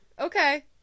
Okay